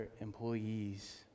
employees